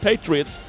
patriots